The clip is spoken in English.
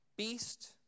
Beast